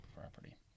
property